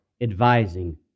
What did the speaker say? advising